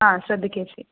ആ ശ്രദ്ധിക്കാം ചേച്ചി